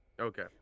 Okay